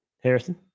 Harrison